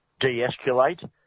de-escalate